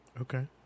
Okay